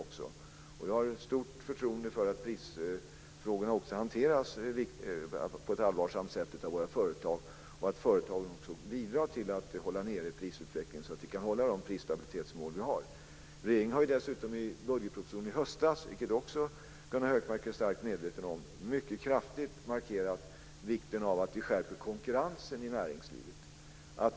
Jag har stort förtroende för att prisfrågorna hanteras på ett allvarsamt sätt av våra företag och att företagen bidrar till att hålla nere prisutvecklingen så att vi kan uppfylla de prisstabilitetsmål vi har. Regeringen har dessutom i budgetpropositionen i höstas, vilket också Gunnar Hökmark är starkt medveten om, mycket kraftigt markerat vikten av att vi skärper konkurrensen i näringslivet.